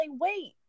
wait